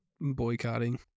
Boycotting